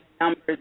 numbers